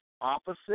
opposite